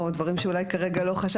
או דברים שאולי לא חשבתם,